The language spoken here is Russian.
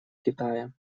китая